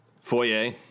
Foyer